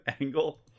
angle